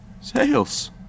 Sales